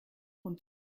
und